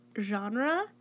genre